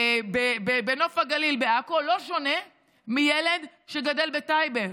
בנוף הגליל, בעכו, לא שונה מילד שגדל בטייבה.